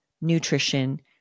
nutrition